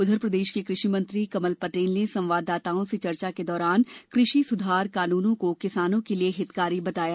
उधर प्रदेश के कृषि मंत्री कमल पटेल ने संवाददाताओं से चर्चा के दौरान कृषि सुधार कानूनों को किसानों के लिए हितकारी बताया